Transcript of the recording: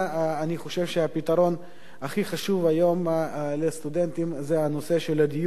אני חושב שהפתרון הכי חשוב היום לסטודנטים הוא הנושא של הדיור.